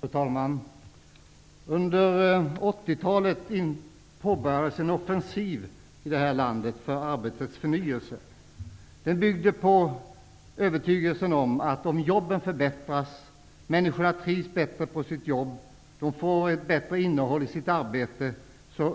Fru talman! Under 80-talet påbörjades en offensiv i det här landet för arbetets förnyelse. Den byggde på övertygelsen om att om jobben förbättras, människorna trivs bättre på sina arbeten och får ett bättre innehåll i sina arbeten